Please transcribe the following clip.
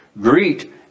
Greet